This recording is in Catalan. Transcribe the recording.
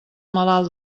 malalt